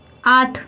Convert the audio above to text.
আট